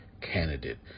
candidate